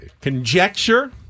Conjecture